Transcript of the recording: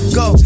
go